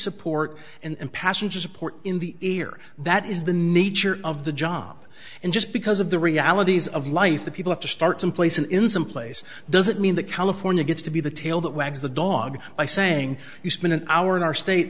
support and passenger support in the air that is the nature of the job and just because of the realities of life that people have to start someplace and in some place does it mean that california gets to be the tail that wags the dog by saying you spend an hour in our state